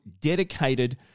dedicated